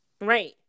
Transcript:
Right